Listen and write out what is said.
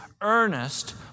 earnest